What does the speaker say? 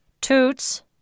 Toots